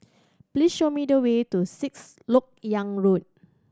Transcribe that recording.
please show me the way to Sixth Lok Yang Road